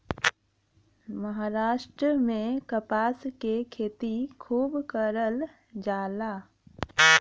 महाराष्ट्र में कपास के खेती खूब करल जाला